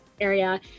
area